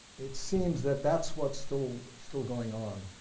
it seems that that's what's still still going on